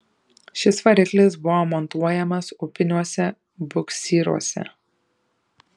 šis variklis buvo montuojamas upiniuose buksyruose